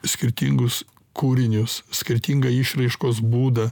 skirtingus kūrinius skirtingą išraiškos būdą